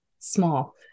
small